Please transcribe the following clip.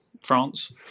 France